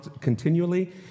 continually